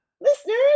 listeners